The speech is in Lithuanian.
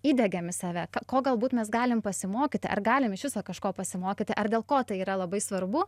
įdiegiam į save ko galbūt mes galim pasimokyti ar galim iš viso kažko pasimokyti ar dėl ko tai yra labai svarbu